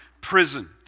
prison